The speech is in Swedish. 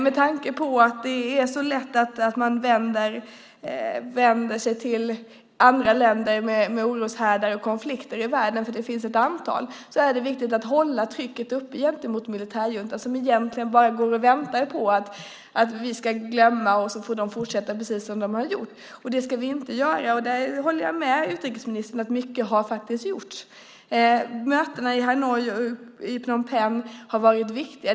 Med tanke på att man lätt vänder sig till andra länder med oroshärdar och konflikter, eftersom det finns ett antal sådana, är det viktigt att hålla trycket uppe gentemot militärjuntan i Burma, som egentligen bara går och väntar på att vi ska glömma landet så att de kan fortsätta som tidigare. Det ska vi inte göra. Jag håller med utrikesministern om att mycket har gjorts. Mötena i Hanoi och Phnom Penh har varit viktiga.